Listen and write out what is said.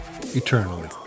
eternally